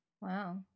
Wow